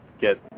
get